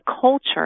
culture